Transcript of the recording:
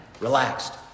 relaxed